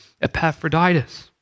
Epaphroditus